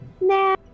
nah